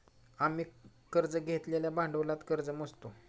आम्ही कर्ज घेतलेल्या भांडवलात कर्ज मोजतो